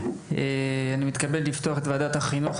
אני מתכבד לפתוח את ועדת החינוך,